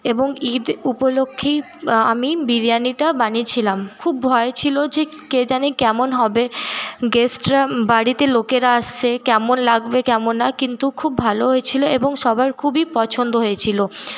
এবং ঈদ উপলক্ষেই আমি বিরিয়ানিটা বানিয়েছিলাম খুব ভয় ছিল যে কে জানে কেমন হবে গেস্টরা বাড়িতে লোকেরা আসছে কেমন লাগবে কেমন না কিন্তু খুব ভালো হয়েছিল এবং সবার খুবই পছন্দ হয়েছিল